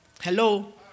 Hello